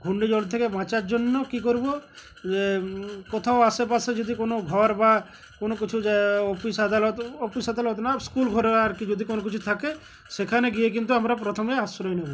ঘূর্ণিঝড় থেকে বাঁচার জন্য কী করব যে কোথাও আশেপাশে যদি কোনো ঘর বা কোনো কিছু অফিস আদালত অফিস আদালত না স্কুল ঘরে আর কি যদি কোনো কিছু থাকে সেখানে গিয়ে কিন্তু আমরা প্রথমে আশ্রয় নেবো